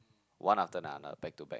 one after another back to back